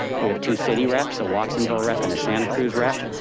we have two city reps, a watsonville rep and a santa cruz rep.